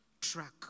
track